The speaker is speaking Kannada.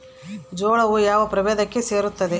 ಜೋಳವು ಯಾವ ಪ್ರಭೇದಕ್ಕೆ ಸೇರುತ್ತದೆ?